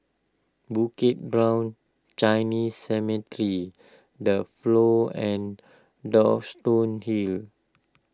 Bukit Brown Chinese Cemetery the Flow and Duxton Hill